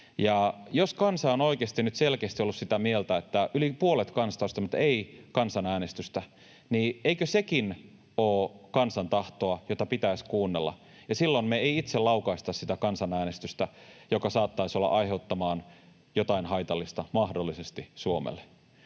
kansasta on oikeasti nyt selkeästi ollut sitä mieltä, että ei kansanäänestystä, niin eikö sekin ole kansan tahtoa, jota pitäisi kuunnella, ja silloin me emme itse laukaise sitä kansanäänestystä, joka saattaisi olla aiheuttamassa jotain haitallista mahdollisesti Suomelle.